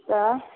तब